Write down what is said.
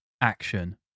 action